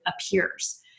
appears